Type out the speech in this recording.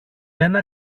ένα